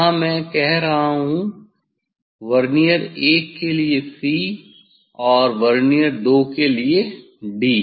यहाँ मैं कह रहा हूँ वर्नियर 1 के लिए 'c' और वर्नियर 2 के 'd'